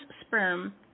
sperm